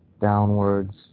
downwards